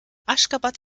aşgabat